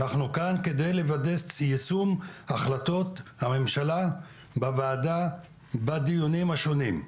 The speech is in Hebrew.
על מנת לוודא יישום החלטות הממשלה בוועדה ובדיונים השונים.